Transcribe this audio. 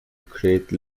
create